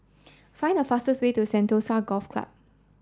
find the fastest way to Sentosa Golf Club